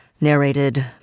Narrated